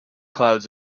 clouds